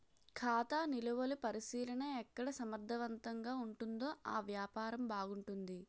ఖాతా నిలువలు పరిశీలన ఎక్కడ సమర్థవంతంగా ఉంటుందో ఆ వ్యాపారం బాగుంటుంది